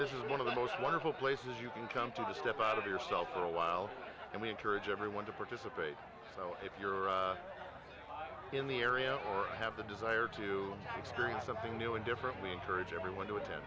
this is one of the most wonderful places you can come to the step out of yourself for a while and we encourage everyone to participate so if you're in the area or have the desire to experience something new and different we encourage everyone to attend